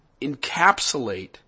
encapsulate